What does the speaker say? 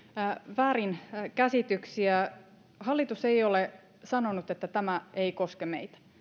väärinkäsityksiä hallitus ei ole sanonut että tämä ei koske meitä